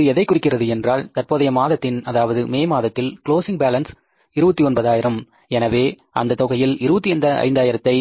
இது எதைக் குறிக்கின்றது என்றால் தற்போதைய மாதத்தின் அதாவது மே மாதத்தில் க்ளோஸிங் பேலன்ஸ் 29 ஆயிரம் எனவே அந்த தொகையில் 25 ஆயிரத்தை